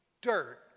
dirt